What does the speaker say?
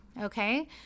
okay